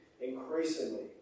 increasingly